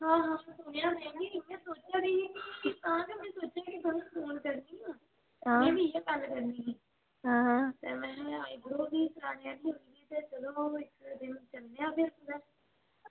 आं आं